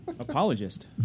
Apologist